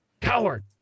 Coward